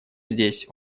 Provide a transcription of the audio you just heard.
здесь